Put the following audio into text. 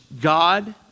God